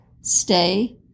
stay